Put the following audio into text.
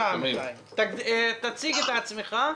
תציג את עצמך.